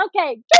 Okay